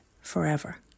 forever